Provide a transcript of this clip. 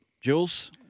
Jules